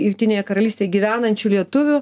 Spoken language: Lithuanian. jungtinėje karalystėje gyvenančių lietuvių